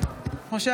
(קוראת בשמות חברי הכנסת) משה